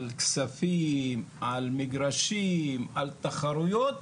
על כספים, על מגרשים, על תחרויות.